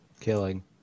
Killing